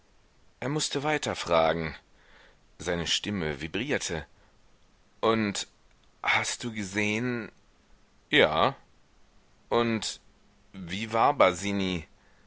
er mußte weiter fragen seine stimme vibrierte und hast du gesehen ja und wie war